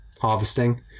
harvesting